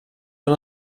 una